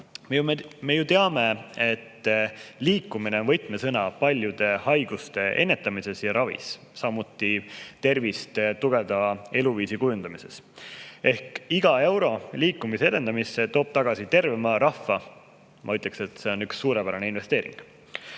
Me ju teame, et liikumine on võtmesõna paljude haiguste ennetamisel ja ravis, samuti tervist tugevdava eluviisi kujundamises. Iga euro liikumise edendamisse toob meile tervema rahva. Ma ütleksin, et see on üks suurepärane investeering.